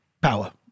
Power